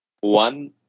One